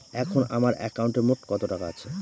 এখন আমার একাউন্টে মোট কত টাকা আছে?